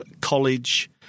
college